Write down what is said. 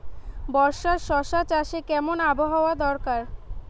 বর্ষার শশা চাষে কেমন আবহাওয়া দরকার?